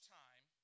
time